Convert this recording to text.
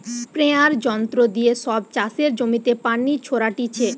স্প্রেযাঁর যন্ত্র দিয়ে সব চাষের জমিতে পানি ছোরাটিছে